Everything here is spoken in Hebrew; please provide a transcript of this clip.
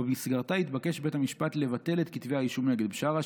ובמסגרתה התבקש בית המשפט לבטל את כתבי האישום נגד בשארה,